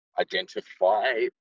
identify